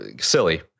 silly